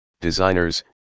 designers